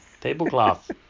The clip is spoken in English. tablecloth